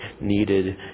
needed